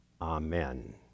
amen